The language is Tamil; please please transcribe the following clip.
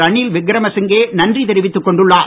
ரனில் விக்ரமசிங்கே நன்றி தெரிவித்துக் கொண்டுள்ளார்